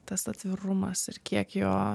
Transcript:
tas atvirumas ir kiek jo